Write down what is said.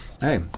hey